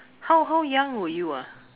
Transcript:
how how young were you ah